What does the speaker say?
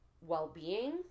well-being